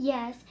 Yes